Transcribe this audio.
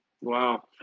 Wow